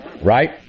right